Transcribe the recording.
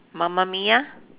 Mamma Mia